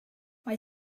mae